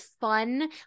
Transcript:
fun